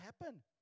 happen